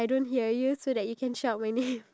I'm always hungry